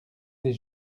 des